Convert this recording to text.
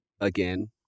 again